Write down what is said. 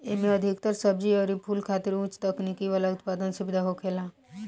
एमे अधिकतर सब्जी अउरी फूल खातिर उच्च तकनीकी वाला उत्पादन सुविधा होखेला